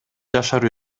жашар